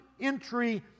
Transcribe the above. entry